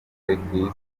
zakunzwe